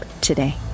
today